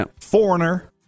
Foreigner